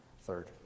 third